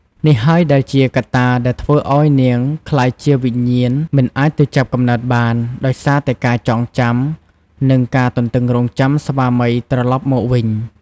នេះហើយដែលជាកត្តាដែលធ្វើឱ្យនាងក្លាយជាវិញ្ញាណមិនអាចទៅចាប់កំណើតបាន ដោយសារតែការចងចាំ និងការទន្ទឹងរង់ចាំស្វាមីត្រឡប់មកវិញ ។